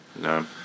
No